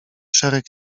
szereg